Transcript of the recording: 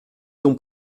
ton